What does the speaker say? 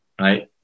Right